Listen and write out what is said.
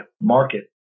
market